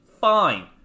fine